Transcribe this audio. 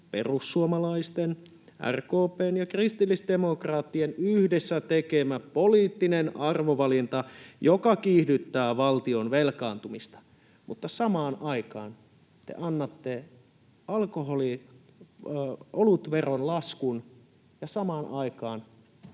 perussuomalaisten, RKP:n ja kristillisdemokraattien — yhdessä tekemä poliittinen arvovalinta, joka kiihdyttää valtion velkaantumista. Mutta samaan aikaan te annatte olutveron laskun ja samaan aikaan